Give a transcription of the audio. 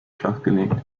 flachgelegt